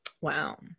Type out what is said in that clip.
Wow